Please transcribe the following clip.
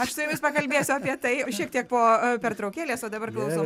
aš su jumis pakalbėsiu apie tai šiek tiek po pertraukėlės o dabar klausau